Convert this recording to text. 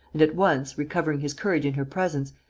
and, at once, recovering his courage in her presence,